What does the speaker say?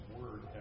word